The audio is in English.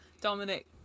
Dominic